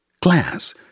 glass